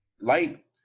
light